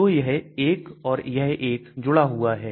तो यह 1 और यह 1 जुड़ा हुआ है